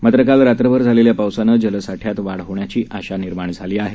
मात्र काल रात्रभर झालेल्या पावसानं जलसाठ्यात वाढ होण्याची आशा निर्माण झाली आहे